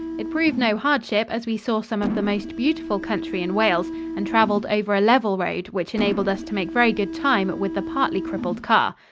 it proved no hardship, as we saw some of the most beautiful country in wales and traveled over a level road which enabled us to make very good time with the partly crippled car.